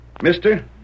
Mister